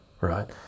right